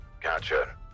Gotcha